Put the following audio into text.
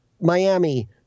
Miami